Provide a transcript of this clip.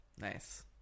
Nice